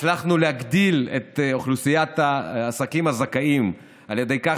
הצלחנו להגדיל את אוכלוסיית העסקים הזכאים על ידי כך